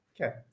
Okay